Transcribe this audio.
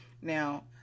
now